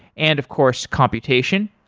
and of course, computation.